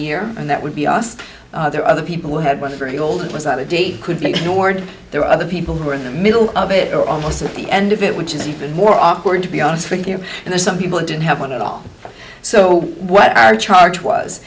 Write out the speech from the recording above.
year and that would be us there are other people who had one very old and was out of date could make nord there were other people who were in the middle of it or almost at the end of it which is even more awkward to be honest with you and there's some people didn't have one at all so what are charge was